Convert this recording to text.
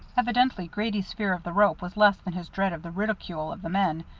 evidently grady's fear of the rope was less than his dread of the ridicule of the men,